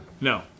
No